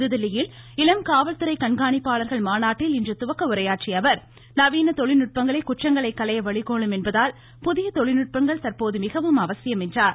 புதுதில்லியில் இளம் காவல்துறை கண்காணிப்பாளர்கள் மாநாட்டில் இன்று துவக்க உரையாற்றிய அவர் நவீன தொழில்நுட்பங்களே குற்றங்களை களைய வழிகோலும் என்பதால் புதிய தொழில்நுட்பங்கள் தற்போது மிகவும் அவசியம் என்றார்